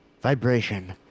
vibration